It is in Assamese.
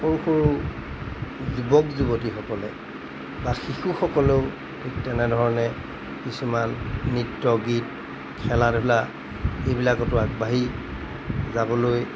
সৰু সৰু যুৱক যুৱতীসকলে বা শিশুসকলেও ঠিক তেনেধৰণে কিছুমান নৃত্য গীত খেলা ধূলা এইবিলাকতো আগবাঢ়ি যাবলৈ